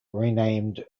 renamed